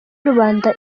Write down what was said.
rubanda